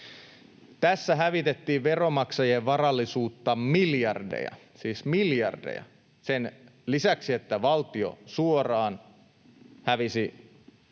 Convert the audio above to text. Tässä hävitettiin veronmaksajien varallisuutta miljardeja, siis miljardeja. Sen lisäksi, että valtio suoraan hävisi,